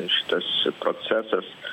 šitas procesas